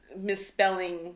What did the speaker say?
misspelling